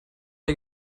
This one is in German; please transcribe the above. der